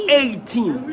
eighteen